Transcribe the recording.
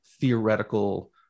theoretical